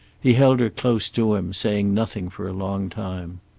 he held her close to him, saying nothing for a long time.